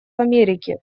америки